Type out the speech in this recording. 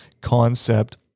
concept